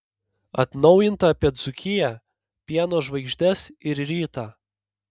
atnaujinta apie dzūkiją pieno žvaigždes ir rytą